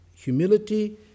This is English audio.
Humility